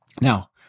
Now